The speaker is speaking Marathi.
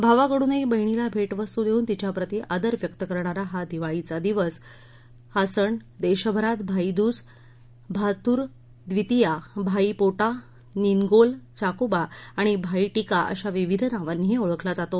भावाकडूनही बहिणीला भेटवस्तू देऊन तिच्याप्रती आदर व्यक्त करणारा हा दिवाळीचा दिवस हा सण देशभरात भाईद्ज भाथरू व्दितीया भाई पोटा निनगोल चाकूबा आणि भाई टिका अशा विविध नावांनाही ओळखला जातो